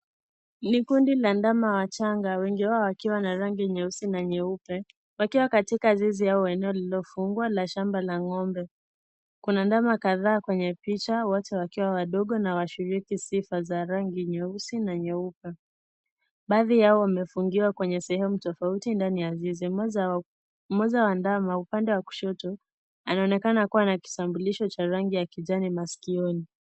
Ni kundi la ndama wachanga wengi wao wakiwa na rangi nyeusi na nyeupe, wakiwa katika zizi au eneo lililofungwa la shamba la ng'ombe. Kuna ndama kadhaa kwenye picha watu wakiwa wadogo na washiriki sifa za rangi nyeusi na nyeupe. Baadhi yao wamefungwa kwenye sehemu tofauti ndani ya zizi. Mmoja wa ndama upande wa kushoto, anaonekana kuwa na kitambulisho Cha rangi ya kijani maskioni.